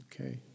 okay